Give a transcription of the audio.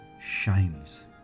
shines